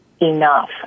enough